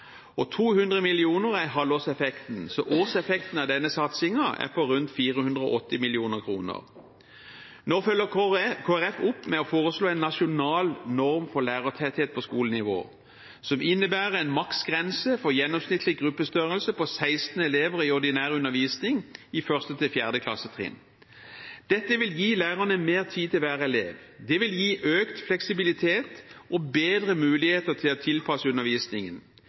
Og 200 mill. kr er halvårseffekten, så årseffekten av denne satsingen er på rundt 480 mill. kr. Nå følger Kristelig Folkeparti opp med å foreslå en nasjonal norm for lærertetthet på skolenivå som innebærer en maksgrense for gjennomsnittlig gruppestørrelse på 16 elever i ordinær undervisning på 1.–4. klassetrinn. Dette vil gi lærerne mer tid til hver elev. Det vil gi økt fleksibilitet og bedre muligheter til å tilpasse undervisningen.